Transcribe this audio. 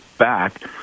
back